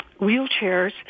wheelchairs